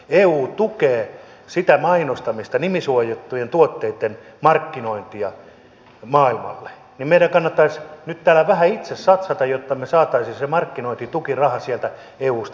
eu tukee sitä mainostamista nimisuojattujen tuotteitten markkinointia maailmalle ja meidän kannattaisi nyt täällä vähän itse satsata jotta me saisimme sen markkinointitukirahan sieltä eusta itsellemme